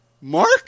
Mark